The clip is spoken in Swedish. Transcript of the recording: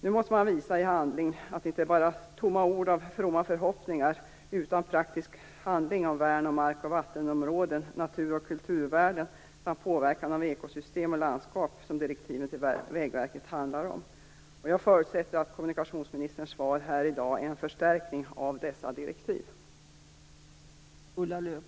Nu måste man visa i handling att det inte bara är tomma ord av fromma förhoppningar utan praktisk handling i form av värn om mark och vattenområden, natur och kulturvärden samt påverkan av ekosystem och landskap som direktiven till Vägverket handlar om. Jag förutsätter att kommunikationsministerns svar här i dag är en förstärkning av dessa direktiv.